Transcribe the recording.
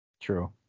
True